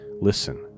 listen